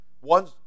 one